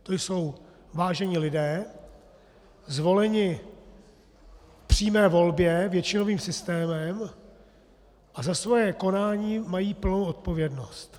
To jsou vážení lidé, zvolení v přímé volbě většinovým systémem, a za svoje konání mají plnou odpovědnost.